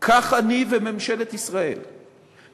כך אני וממשלת ישראל מגנים,